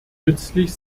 nützlich